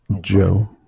Joe